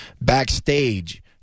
backstage